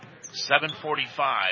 7:45